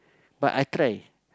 but I try